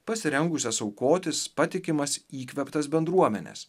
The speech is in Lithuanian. pasirengusias aukotis patikimas įkvėptas bendruomenes